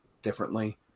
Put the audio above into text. differently